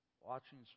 Watching